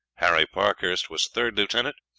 harry parkhurst was third lieutenant,